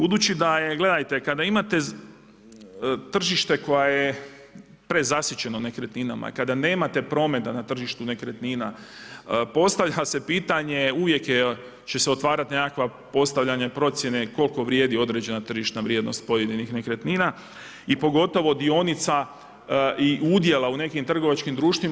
Gledajte, kada imate tržište koje je prezasićeno nekretninama i kada nemate prometa na tržištu nekretnina, postavlja se pitanje, uvijek će se otvarati nekakvo postavljanje procjene koliko vrijedi određena tržišna vrijednost pojedinih nekretnina i pogotovo dionica i udjela u nekim trgovačkim društvima.